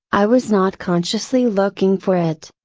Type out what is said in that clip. i was not consciously looking for it.